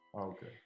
okay